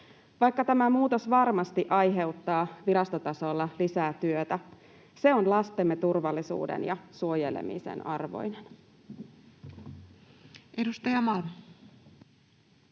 Vaikka tämä muutos varmasti aiheuttaa virastotasolla lisää työtä, se on lastemme turvallisuuden ja suojelemisen arvoinen. Edustaja Malm.